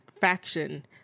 faction